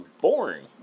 boring